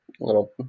little